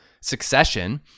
succession